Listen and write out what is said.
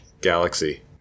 galaxy